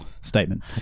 Statement